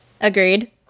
Agreed